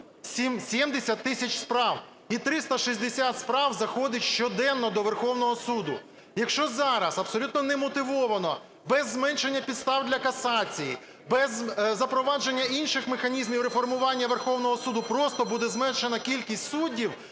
70 тисяч справ, і 360 справ заходить щоденно до Верховного Суду. Якщо зараз абсолютно невмотивовано, без зменшення підстав для касації, без запровадження інших механізмів реформування Верховного Суду просто буде зменшена кількість суддів,